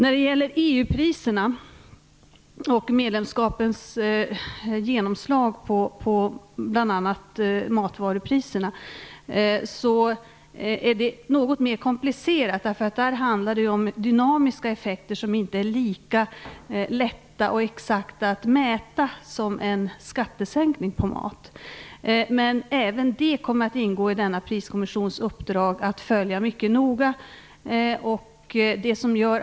Frågan om EU-priserna och medlemskapets genomslag på bl.a. matvarupriserna är något mer komplicerad. Här handlar det om dynamiska effekter som det inte är lika lätt att exakt mäta som en skattesänkning på mat. Men även den frågan kommer det att ingå i denna priskommissions uppdrag att följa mycket noga.